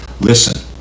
Listen